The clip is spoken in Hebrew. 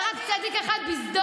היה רק צדיק אחד בסדום,